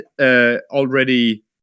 already